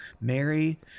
Mary